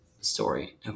story